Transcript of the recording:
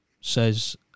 says